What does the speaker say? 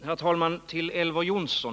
Herr talman!